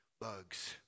Bugs